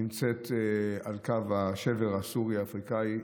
נמצאת על קו השבר הסורי-אפריקני,